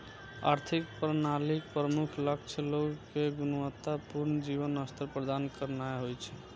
आर्थिक प्रणालीक प्रमुख लक्ष्य लोग कें गुणवत्ता पूर्ण जीवन स्तर प्रदान करनाय होइ छै